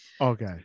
Okay